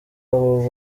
abo